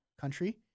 country